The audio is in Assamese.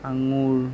আঙুৰ